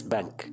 Bank